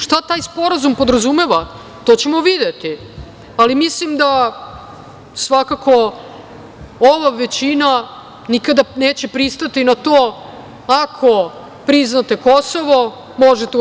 Šta taj sporazum podrazumeva to ćemo videti, ali mislim da svakako ova većina nikada neće pristati na to ako priznate Kosovo možete u EU.